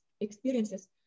experiences